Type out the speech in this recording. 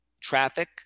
traffic